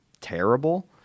terrible